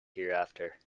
hereafter